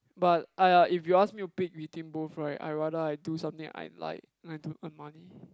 but (aiya) if you ask me to pick between both right I rather I do something I like than to earn money